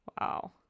Wow